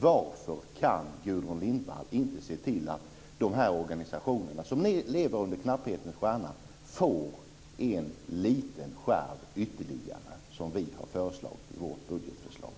Varför kan Gudrun Lindvall inte se till att de här organisationerna, som lever under knapphetens stjärna, får en liten skärv ytterligare - så som vi har föreslagit i vårt budgetförslag?